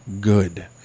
good